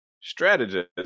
Strategist